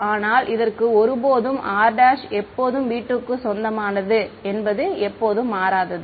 ஆனால் இதற்குள் ஒருபோதும் r' எப்போதும் V2 க்கு சொந்தமானது என்பது எப்போதும் மாறாதது